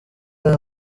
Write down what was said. aya